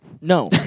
No